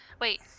wait